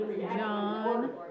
John